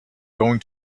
going